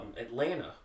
Atlanta